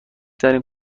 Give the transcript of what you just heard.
ترین